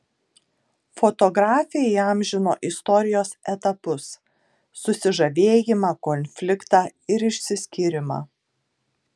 fotografė įamžino istorijos etapus susižavėjimą konfliktą ir išsiskyrimą